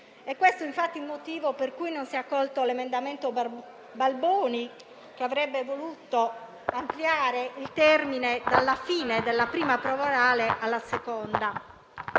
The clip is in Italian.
È questo infatti il motivo per cui non si è accolto l'emendamento del senatore Balboni, che avrebbe voluto ampliare il termine dalla fine della prima prova orale alla seconda.